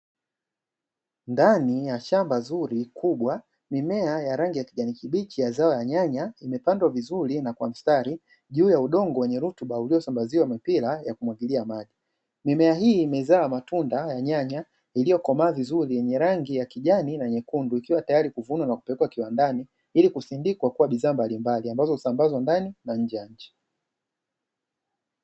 Ndani ya shamba zuri kubwa, mimea ya rangi ya kijani kibichi ya zao la nyanya zimepandwa vizuri kwa na kwa mstari, juu ya udongo wenye rutuba uliosambaziwa mipira ya kumwagilia maji. Mimea hii imezaa matunda ya nyanya iliyokomaa vizuri yenye rangi ya kijani na nyekundu, ikiwa tayari kuvunwa na kupelekwa kiwandani ili kusindikwa kuwa bidhaa mbalimbali ambazo husambazwa ndani na nje ya nchi.